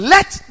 Let